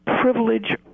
privilege